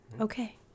Okay